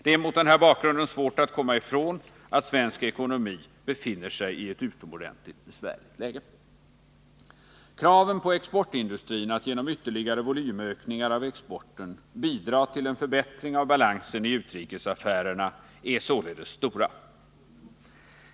Det är mot den här bakgrunden svårt att komma ifrån att svensk ekonomi befinner sig i ett utomordentligt besvärligt läge. Kraven på exportindustrin att genom ytterligare volymökningar av exporten bidra till en förbättrad balans i utrikesaffärerna är således stora.